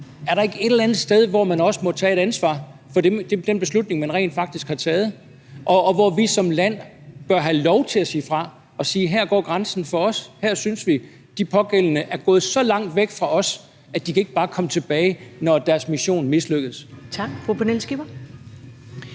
Er der ikke et eller andet sted, hvor man også må tage et ansvar for den beslutning, man rent faktisk har taget, og hvor vi som land bør have lov til at sige fra og sige, at her går grænsen for os, at her synes vi, de pågældende er gået så langt væk fra os, at de ikke bare kan komme tilbage, når deres mission mislykkes? Kl. 15:02 Første